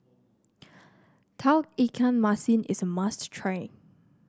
Tauge Ikan Masin is a must try